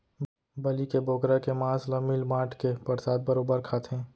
बलि के बोकरा के मांस ल मिल बांट के परसाद बरोबर खाथें